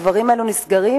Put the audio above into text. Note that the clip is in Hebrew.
הדברים האלו נסגרים,